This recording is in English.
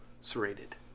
Serrated